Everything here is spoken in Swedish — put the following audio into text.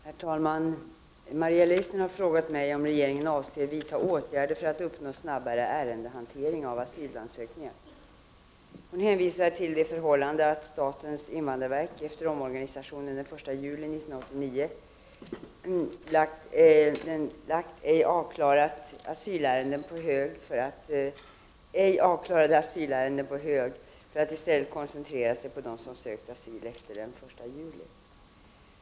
Herr talman! Maria Leissner har frågat mig om regeringen avser vidta åtgärder för att uppnå snabbare ärendehantering av asylansökningar. Hon hänvisar till det förhållandet att statens invandrarverk efter omorganisationen den 1 juli 1989 lagt ej avklarade asylärenden på hög för att i stället koncentrera sig på dem som sökt asyl efter den 1 juli.